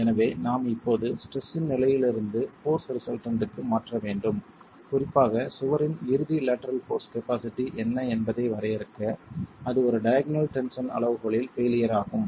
எனவே நாம் இப்போது ஸ்ட்ரெஸ் இன் நிலையிலிருந்து போர்ஸ் ரிசல்டன்ட்க்கு மாற்ற வேண்டும் குறிப்பாக சுவரின் இறுதி லேட்டரல் போர்ஸ் கபாஸிட்டி என்ன என்பதை வரையறுக்க அது ஒரு டயாக்னல் டென்ஷன் அளவுகோலில் பெய்லியர் ஆகும்